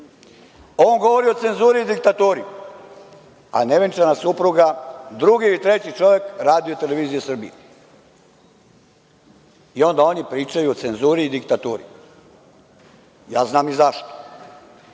vam govori o cenzuri i diktaturi. A nevenčana supruga – drugi ili treći čovek Radio-televizije Srbije. Ona oni pričaju o cenzuri i diktaturi. Ja znam i zašto. Kad